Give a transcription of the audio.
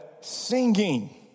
singing